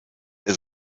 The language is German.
ihr